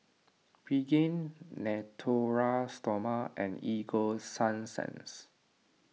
Pregain Natura Stoma and Ego Sunsense